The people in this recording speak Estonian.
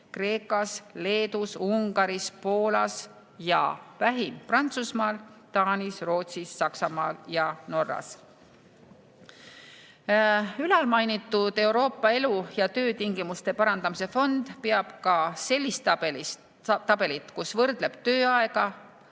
Kreekas, Leedus, Ungaris ja Poolas, vähim aga Prantsusmaal, Taanis, Rootsis, Saksamaal ja Norras. Ülalmainitud Euroopa Elu- ja Töötingimuste Parandamise Fond peab ka sellist tabelit, kus võrdleb tööaega,